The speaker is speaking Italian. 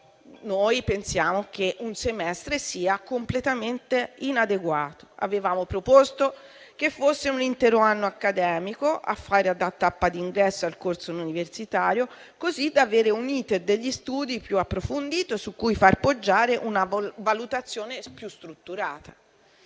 Noi pensiamo che un semestre sia completamente inadeguato e avevamo proposto che fosse un intero anno accademico a fare da tappa di ingresso al corso universitario, così da avere un *iter* degli studi più approfondito, su cui far poggiare una valutazione più strutturata.